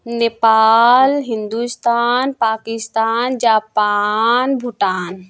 Nepal Hindustan Pakistan Japan Bhutan